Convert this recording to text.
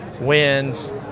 winds